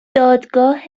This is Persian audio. دادگاه